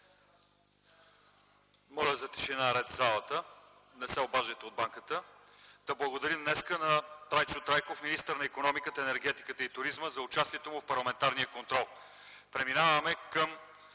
Моля за тишина и ред в залата! Не се обаждайте от банката. Да благодарим днес на Трайчо Трайков – министър на икономиката, енергетиката и туризма, за участието му в парламентарния контрол. Преминаваме към